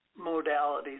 modalities